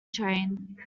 train